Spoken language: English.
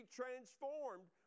transformed